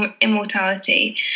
immortality